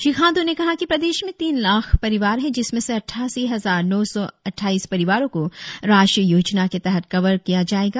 श्री खांडू ने कहा कि प्रदेश में तीन लाख परिवार है जिसमें से अठासी हजार नौ सौ अटठाईस परिवारों को राष्ट्रीय योजना के तहत कवर किया जाएगा